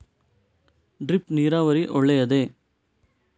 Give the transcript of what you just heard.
Drip ನೀರಾವರಿ ಒಳ್ಳೆಯದೇ?